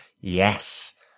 yes